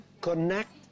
connect